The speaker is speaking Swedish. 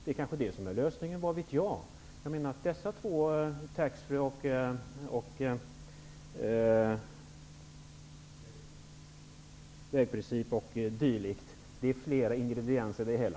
Det är kanske det som är lösningen, vad vet jag. Det finns flera ingredienser i det hela.